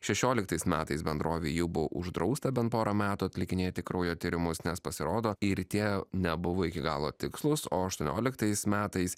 šešioliktais metais bendrovei jau buvo uždrausta bent porą metų atlikinėti kraujo tyrimus nes pasirodo ir tie nebuvo iki galo tikslūs o aštuonioliktais metais